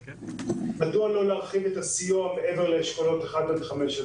מדוע לא להרחיב את הסיוע מעבר לאשכולות 1 עד 5?